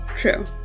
true